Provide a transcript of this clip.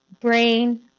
brain